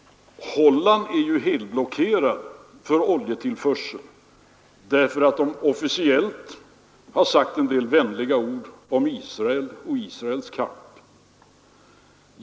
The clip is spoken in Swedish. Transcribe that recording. Holland är ju helblockerat från oljetillförsel därför att man officiellt har sagt en del vänliga ord om Israel och dess kamp.